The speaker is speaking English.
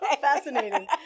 fascinating